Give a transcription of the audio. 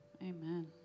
Amen